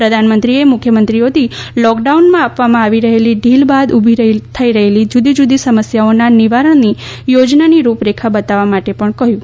પ્રધાનમંત્રીએ મુખ્યમંત્રીઓથી લોકડાઉનમાં આપવામાં આવી રહેલી ઢીલ બાદ ઉલી થઇ રહેલી જુદી જુદી સમસ્યાઓના નિવારણની યોજનાની રૂપરેખા બતાવવા માટે પણ કહયું